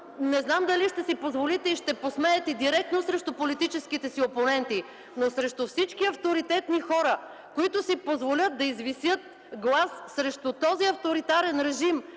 (не знам дали ще си позволите и ще посмеете директно срещу политическите си опоненти) срещу всички авторитетни хора, които си позволят да извисят глас срещу този авторитарен режим